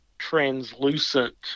translucent